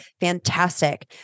fantastic